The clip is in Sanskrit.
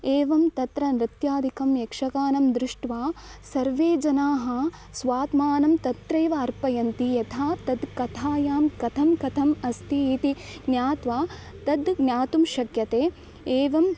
एवं तत्र नृत्यादिकं यक्षगानं दृष्ट्वा सर्वे जनाः स्वात्मानं तत्रैव अर्पयन्ति यथा तत्कथायां कथं कथम् अस्ति इति ज्ञात्वा तद् ज्ञातुं शक्यते एवम्